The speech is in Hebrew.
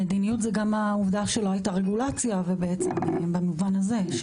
המדיניות זו גם העובדה שלא הייתה רגולציה במובן הזה.